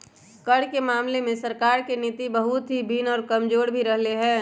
कर के मामले में सरकार के नीति बहुत ही भिन्न और कमजोर भी रहले है